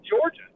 Georgia